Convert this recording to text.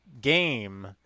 game